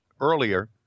earlier